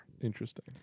Interesting